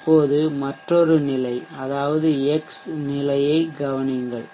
இப்போது மற்றொரு நிலை அதாவது x நிலை ஐக் கவனியுங்கள்